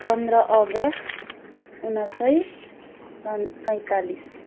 पन्ध्र अगस्त उन्नाइस सय सन सैँतालिस